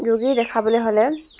ৰোগী দেখাবলৈ হ'লে